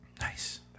Nice